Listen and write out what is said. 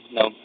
no